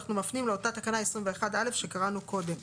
אנחנו מפנים לאותה תקנה 21א שקראנו קודם.